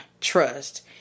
trust